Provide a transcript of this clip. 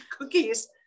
cookies